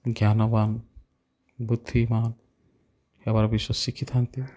ଜ୍ଞାନବାନ ବୁଦ୍ଧିମାନ ହେବାର ବିଶ୍ୱାସ ଶିଖିଥାନ୍ତି